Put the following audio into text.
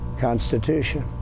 Constitution